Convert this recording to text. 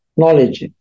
knowledge